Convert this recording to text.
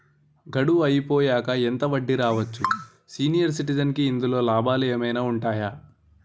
గడువు అయిపోయాక ఎంత వడ్డీ రావచ్చు? సీనియర్ సిటిజెన్ కి ఇందులో లాభాలు ఏమైనా ఉన్నాయా?